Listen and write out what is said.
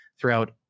throughout